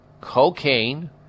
cocaine